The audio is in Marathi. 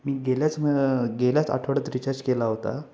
मी गेल्याच म गेल्याच आठवड्यात रिचार्ज केला होता